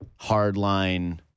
hardline